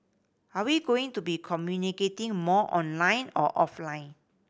are we going to be communicating more online or offline